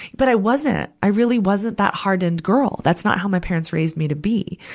but i wasn't. i really wasn't that hardened girl. that's not how my parents raised me to be.